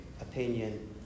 opinion